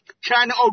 China